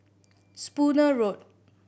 Spooner Road